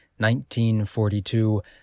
1942